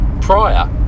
prior